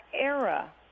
era